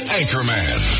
anchorman